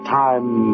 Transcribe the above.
time